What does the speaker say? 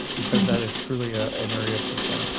because that is truly ah an area concern.